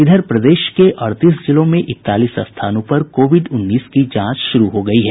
इधर प्रदेश के अड़तीस जिलों में इकतालीस स्थानों पर कोविड उन्नीस की जांच शुरू हो गयी है